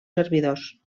servidors